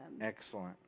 Excellent